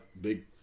big